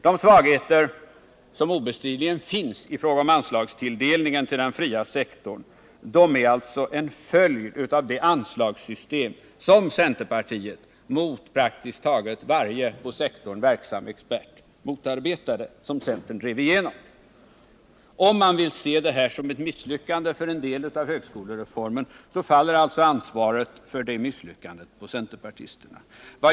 De svagheter som obestridligen finns i fråga om anslagstilldelningen till den fria sektorn är en följd av det anslagssystem som centerpartiet, mot praktiskt taget varje på sektorn verksam expert, drev igenom. Vill man se detta som ett misslyckande för en del av högskolereformen faller alltså ansvaret för det misslyckandet på centerpartisterna.